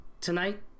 tonight